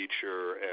feature